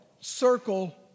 Circle